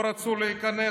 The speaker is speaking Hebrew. לא רצו להיכנס,